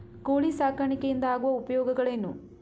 ಕೋಳಿ ಸಾಕಾಣಿಕೆಯಿಂದ ಆಗುವ ಉಪಯೋಗಗಳೇನು?